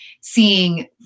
seeing